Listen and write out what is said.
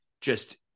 just-